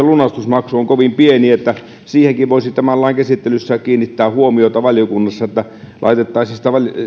lunastusmaksu on kovin pieni siihenkin voisi tämän lain käsittelyssä kiinnittää huomiota valiokunnassa että laitettaisiin sitä